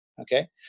Okay